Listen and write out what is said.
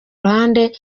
ruhande